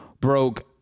broke